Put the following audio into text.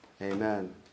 amen